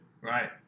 Right